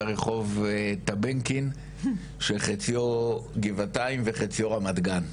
רחוב טבנקין שחציו גבעתיים וחציו רמת גן.